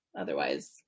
Otherwise